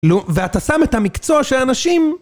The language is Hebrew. נו, ואתה שם את המקצוע של האנשים?